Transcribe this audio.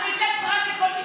אנחנו ניתן פרס לכל מי,